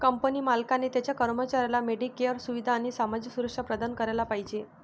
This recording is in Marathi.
कंपनी मालकाने त्याच्या कर्मचाऱ्यांना मेडिकेअर सुविधा आणि सामाजिक सुरक्षा प्रदान करायला पाहिजे